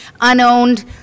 unowned